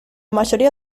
mayoría